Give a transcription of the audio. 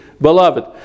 beloved